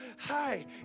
hi